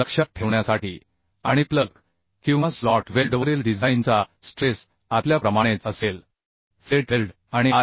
लक्षात ठेवण्यासाठी आणि प्लग किंवा स्लॉट वेल्डवरील डिझाइनचा स्ट्रेस आतल्या प्रमाणेच असेल फिलेट वेल्ड आणि आय